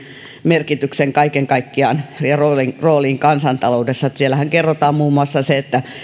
merkityksen kaiken kaikkiaan ja roolin kansantaloudessa siellähän kerrotaan muun muassa se että